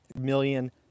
million